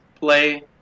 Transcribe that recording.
play